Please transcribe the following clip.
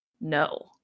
no